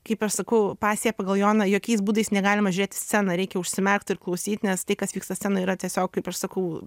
kaip aš sakau pasija pagal joną jokiais būdais negalima žiūrėt į sceną reikia užsimerkt ir klausyt nes tai kas vyksta scenoj yra tiesiog kaip aš sakau